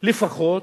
לפחות